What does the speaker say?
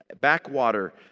backwater